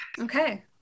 okay